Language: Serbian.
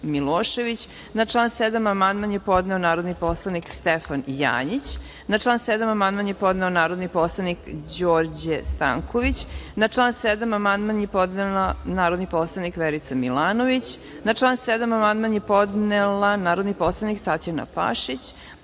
član 7. amandman je podneo narodni poslanik Stefan Janjić. Na član 7. amandman je podneo narodni poslanik Đorđe Stanković. Na član 7. amandman je podnela narodni poslanik Verica Milanović. Na član 7. amandman je podnela narodni poslanik Tatjana Pašić. Na